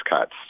cuts